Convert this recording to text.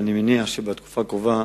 אבל אני מניח שבתקופה הקרובה